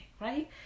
right